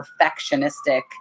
perfectionistic